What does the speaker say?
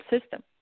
system